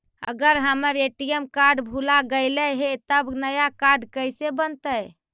अगर हमर ATM card भुला गैलै हे तब नया काड कइसे बनतै?